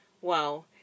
Wow